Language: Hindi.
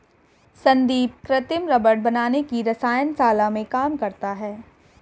संदीप कृत्रिम रबड़ बनाने की रसायन शाला में काम करता है